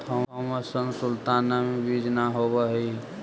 Thompson sultana में बीज न होवऽ हई